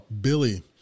Billy